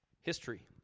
history